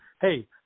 hey